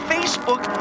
Facebook